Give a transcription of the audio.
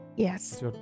Yes